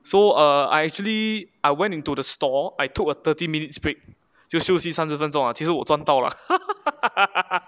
so uh I actually I went into the store I took thirty minutes break 就休息三十分钟 ah 其实我赚到 lah